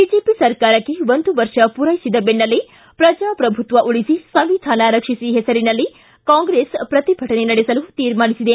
BJP ಸರ್ಕಾರಕ್ಕೆ ಒಂದು ವರ್ಷ ಪೂರೈಸಿದ ಬೆನ್ನಲ್ಲೇ ಪ್ರಜಾಪ್ರಭುತ್ವ ಉಳಿಸಿ ಸಂವಿಧಾನ ರಕ್ಷಿಸಿ ಹೆಸರಿನಲ್ಲಿ ಕಾಂಗ್ರೆಸ್ ಪ್ರತಿಭಟನೆ ನಡೆಸಲು ತೀರ್ಮಾನಿಸಿದೆ